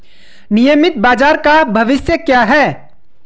नियमित बाजार का भविष्य क्या है?